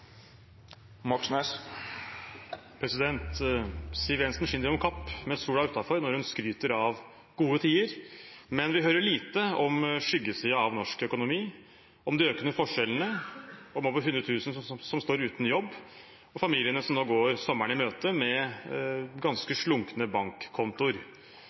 Siv Jensen skinner om kapp med sola utenfor når hun skryter av gode tider, men vi hører lite om skyggesiden av norsk økonomi, om de økende forskjellene, om over hundre tusen som står uten jobb, og om familiene som nå går sommeren i møte med ganske slunkne bankkontoer.